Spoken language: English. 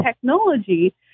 technology